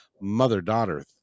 mother-daughter